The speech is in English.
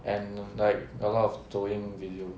and like a lot of 抖音 videos